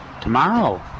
tomorrow